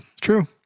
True